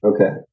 Okay